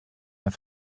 mehr